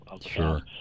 sure